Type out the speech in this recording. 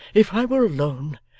if i were alone,